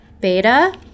Beta